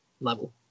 level